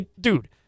dude